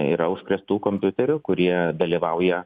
yra užkrėstų kompiuterių kurie dalyvauja